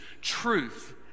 truth